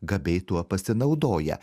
gabiai tuo pasinaudoja